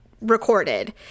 recorded